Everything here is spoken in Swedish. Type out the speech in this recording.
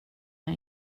jag